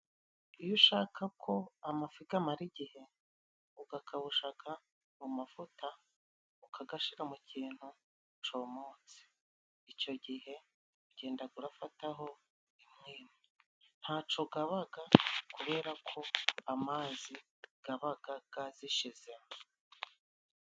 Iyo ushaka ko amafi gamara igihe ugakabushaga mu mavuta ,ukagashira mu kintu comotse ico gihe ugenda urafataho imwe imwe ntaco gabaga kubera ko amazi gabaga ga zishizemo.